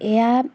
এয়া